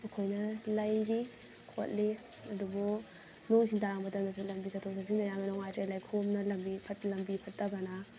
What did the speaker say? ꯑꯩꯈꯣꯏꯅ ꯂꯩꯔꯤ ꯈꯣꯠꯂꯤ ꯑꯗꯨꯕꯨ ꯅꯣꯡ ꯏꯁꯤꯡ ꯇꯥꯔꯛ ꯃꯇꯝꯗꯁꯨ ꯂꯝꯕꯤ ꯆꯠꯊꯣꯛ ꯆꯠꯁꯤꯟꯗ ꯌꯥꯝꯅ ꯅꯨꯡꯉꯥꯏꯇ꯭ꯔꯦ ꯂꯩꯈꯣꯝꯅ ꯂꯝꯕꯤ ꯂꯝꯕꯤ ꯐꯠꯇꯕꯅ